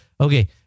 Okay